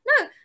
no